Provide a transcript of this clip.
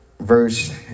verse